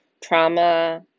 trauma